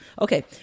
Okay